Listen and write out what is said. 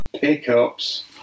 Pickups